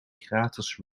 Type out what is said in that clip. gratis